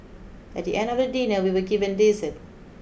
at the end of dinner we were given dessert